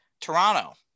Toronto